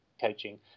coaching